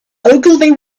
ogilvy